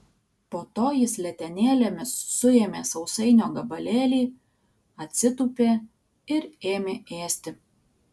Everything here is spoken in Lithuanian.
po to jis letenėlėmis suėmė sausainio gabalėlį atsitūpė ir ėmė ėsti